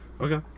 Okay